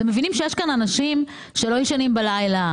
אתם מבינים שיש כאן אנשים שלא ישנים בלילה?